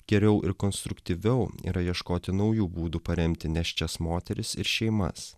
geriau ir konstruktyviau yra ieškoti naujų būdų paremti nėščias moteris ir šeimas